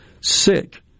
sick